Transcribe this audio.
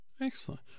Excellent